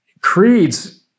creeds